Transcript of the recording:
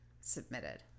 submitted